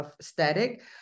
static